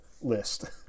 list